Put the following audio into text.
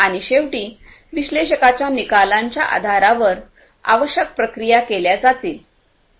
आणि शेवटी विश्लेषकांच्या निकालांच्या आधारावर आवश्यक क्रिया केल्या जातील